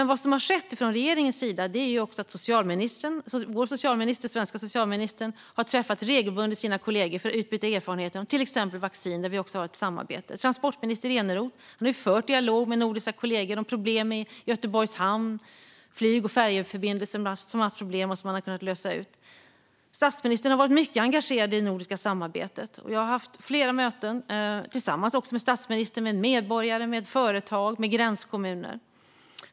Vad som har skett från regeringens sida är att den svenska socialministern regelbundet har träffat sina kollegor för att utbyta erfarenheter om till exempel vaccin, där vi också har ett samarbete. Transportminister Eneroth har fört en dialog med nordiska kollegor om problem i Göteborgs hamn och i flyg och färjeförbindelserna som man har kunnat lösa. Statsministern har varit mycket engagerad i det nordiska samarbetet, och jag har haft flera möten, också tillsammans med statsministern, med medborgare, företag och gränskommuner.